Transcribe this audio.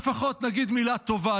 לפחות נגיד מילה טובה.